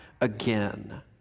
again